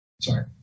sorry